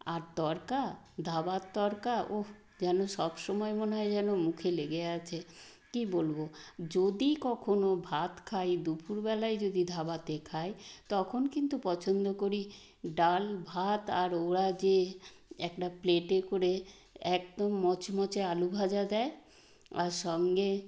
আর তড়কা ধাবার তড়কা ওফ যেন সব সময় মনে হয় যেন মুখে লেগে আছে কী বলবো যদি কখনো ভাত খাই দুপুরবেলায় যদি ধাবাতে খাই তখন কিন্তু পছন্দ করি ডাল ভাত আর ওরা যে একটা প্লেটে করে একদম মচমচে আলু ভাজা দেয় আর সঙ্গে